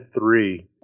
three